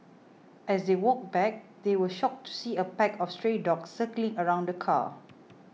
as they walked back they were shocked to see a pack of stray dogs circling around the car